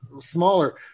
smaller